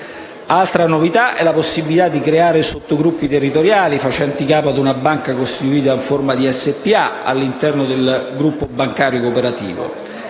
Altra novità è la possibilità di creare sottogruppi territoriali facenti capo a una banca costituita in forma di società per azioni all'interno del gruppo bancario cooperativo.